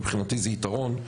מבחינתי זה ייתרון.